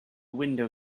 window